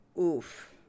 Oof